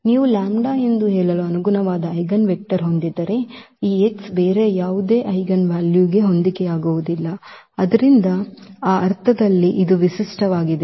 ನೀವು ಲ್ಯಾಂಬ್ಡಾ ಎಂದು ಹೇಳಲು ಅನುಗುಣವಾದ ಐಜೆನ್ವೆಕ್ಟರ್ ಹೊಂದಿದ್ದರೆ ಈ x ಬೇರೆ ಯಾವುದೇ ಐಜೆನ್ ವ್ಯಾಲ್ಯೂಗೆ ಹೊಂದಿಕೆಯಾಗುವುದಿಲ್ಲ ಆದ್ದರಿಂದ ಆ ಅರ್ಥದಲ್ಲಿ ಇದು ವಿಶಿಷ್ಟವಾಗಿದೆ